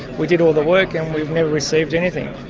we did all the work and we've never received anything.